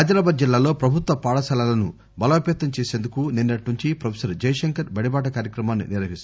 అదిలాబాద్ జిల్లాలో ప్రభుత్వ పాఠశాలలను బలోపేతం చేసేందుకు నిన్నటి నుంచి ప్రొఫెసర్ జయశంకర్ బడిబాట కార్యక్రమాన్పి నిర్వహిస్తున్నారు